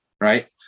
right